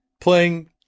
playing